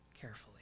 carefully